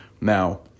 Now